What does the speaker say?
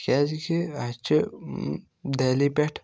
کیٛازِکہِ اَسہِ چھِ دہلی پٮ۪ٹھ